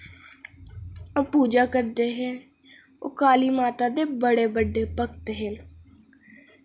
पूजा करदे हे ओह् काली माता दे बड़े बड्डे भगत हे